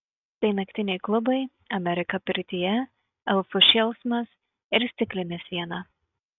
tai naktiniai klubai amerika pirtyje elfų šėlsmas ir stiklinė siena